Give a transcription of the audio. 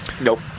Nope